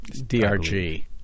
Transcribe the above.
DRG